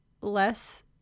less